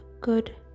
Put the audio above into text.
good